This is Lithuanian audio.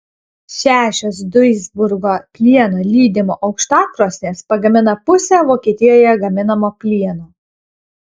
šešios duisburgo plieno lydimo aukštakrosnės pagamina pusę vokietijoje gaminamo plieno